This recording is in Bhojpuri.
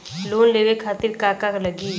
लोन लेवे खातीर का का लगी?